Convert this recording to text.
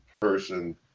person